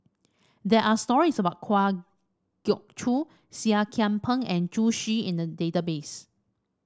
there are stories about Kwa Geok Choo Seah Kian Peng and Zhu Xu in the database